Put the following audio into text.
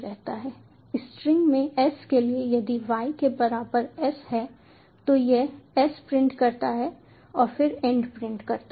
string में s के लिए यदि y के बराबर s है तो यह s प्रिंट करता है और फिर एंड प्रिंट करता है